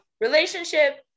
relationship